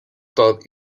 todd